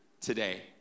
today